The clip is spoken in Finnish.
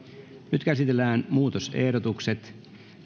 nyt käsitellään muutosehdotukset